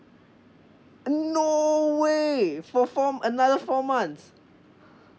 uh no way for four mo~ another four months